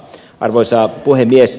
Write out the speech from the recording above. arvoisa puhemies